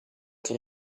che